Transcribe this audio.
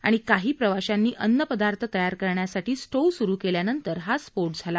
आणि काही प्रवाशांनी अन्नपदार्थ तयार करण्यासाठी स्टोव्ह सुरु केल्यानंतर हा स्फोट झाला